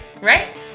right